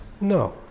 No